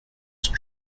son